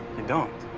you don't?